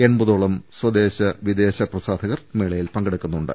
എൺപതോളം സ്വദേശ വിദേശ പ്രസാധകർ മേളയിൽ പങ്കെടു ക്കുന്നുണ്ട്